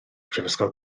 prifysgol